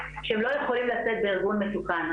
שהם לא יכולים לצאת בארגון מתוקן.